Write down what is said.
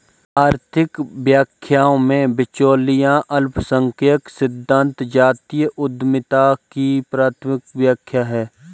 आर्थिक व्याख्याओं में, बिचौलिया अल्पसंख्यक सिद्धांत जातीय उद्यमिता की प्राथमिक व्याख्या है